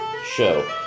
show